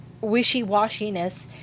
wishy-washiness